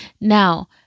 Now